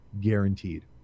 guaranteed